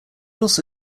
also